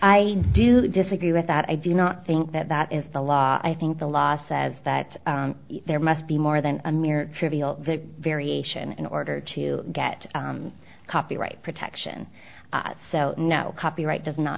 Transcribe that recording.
i do disagree with that i do not think that that is the law i think the law says that there must be more than a mere trivial variation in order to get copyright protection so no copyright does not